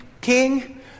King